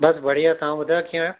बस बढ़िया तव्हां ॿुधायो कीअं आहियो